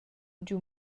giu